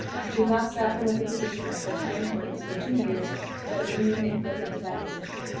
you should not strap them with a position of such high importance for two years without giving an input into that decision.